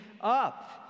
up